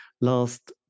last